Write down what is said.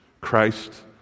Christ